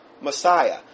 Messiah